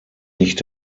nicht